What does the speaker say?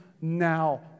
now